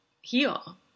heal